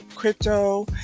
crypto